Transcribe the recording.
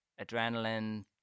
adrenaline